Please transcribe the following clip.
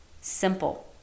simple